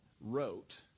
wrote